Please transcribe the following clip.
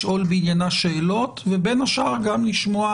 לשאול בענייה שאלות ובין השאר גם לשמוע